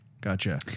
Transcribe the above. Gotcha